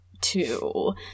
two